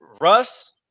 Russ